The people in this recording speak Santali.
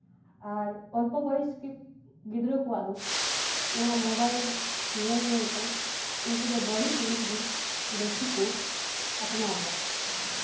ᱟᱨ ᱚᱞᱯᱚ ᱵᱚᱭᱮᱥ ᱜᱤᱫᱽᱨᱟᱹ ᱠᱚᱣᱟᱜ ᱫᱚ ᱱᱚᱣᱟ ᱢᱳᱵᱟᱭᱤᱞ ᱧᱮᱞ ᱧᱮᱞᱛᱮ ᱩᱱᱠᱩ ᱫᱚ ᱵᱟᱹᱲᱤᱡ ᱡᱤᱱᱤᱥ ᱜᱮ ᱵᱮᱥᱤ ᱠᱚ ᱟᱯᱱᱟᱨ ᱮᱫᱟ